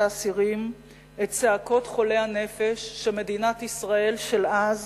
האסירים את צעקות חולי הנפש שמדינת ישראל של אז